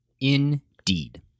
Indeed